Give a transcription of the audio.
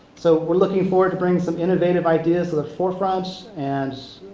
so we're looking forward to bringing some innovative ideas to the forefront and,